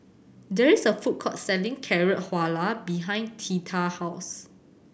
there is a food court selling Carrot Halwa behind Theta house